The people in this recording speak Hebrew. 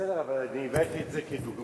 בסדר, אבל אני הבאתי את זה כדוגמה.